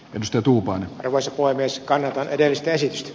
jos tuntuu vain harvoissa voi myös kanavan edellistä esitystä